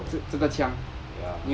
有